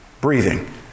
breathing